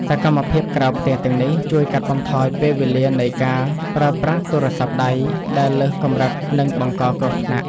សកម្មភាពក្រៅផ្ទះទាំងនេះជួយកាត់បន្ថយពេលវេលានៃការប្រើប្រាស់ទូរស័ព្ទដៃដែលលើសកម្រិតនិងបង្កគ្រោះថ្នាក់។